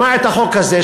שמע על החוק הזה,